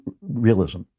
realism